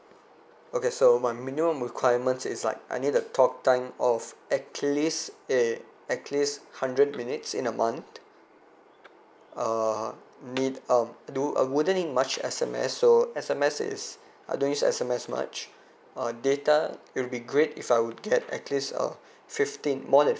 okay so my minimum requirement is like I need a talk time of at least a at least hundred minutes in a month uh need um do uh wouldn't need much S_M_S so S_M_S is I don't use S_M_S much uh data it will be great if I would get at least uh fifteen more than